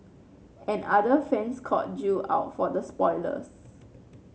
and other fans called Jill out for the spoilers